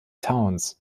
towns